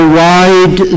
wide